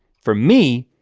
for me,